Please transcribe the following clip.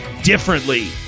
differently